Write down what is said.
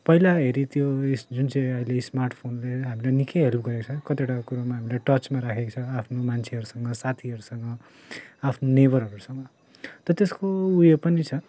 पहिला हेरी त्यो यस जुन चाहिँ अहिले स्मार्टफोनले हामीलाई निकै हेल्प गरेको छ कतिवटा कुरामा हामीलाई टचमा राखेको छ आफ्नो मान्छेहरूसँग साथीहरूसँग आफ्नो नेभरहरूसँग त त्यसको उयो पनि छ